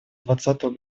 двадцатую